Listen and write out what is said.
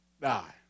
die